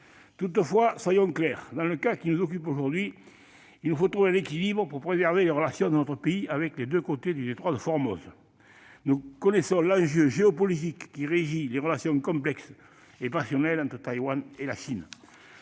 Toutefois, soyons clairs, dans le cas qui nous occupe aujourd'hui, il nous faut trouver un équilibre pour préserver les relations de notre pays avec les deux côtés du détroit de Formose. Nous connaissons l'enjeu géopolitique régissant les relations complexes et passionnelles entre Taïwan et la Chine.